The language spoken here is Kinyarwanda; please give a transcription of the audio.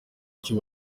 icyo